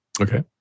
Okay